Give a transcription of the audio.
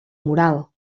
moral